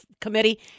Committee